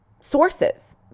sources